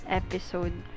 episode